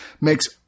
makes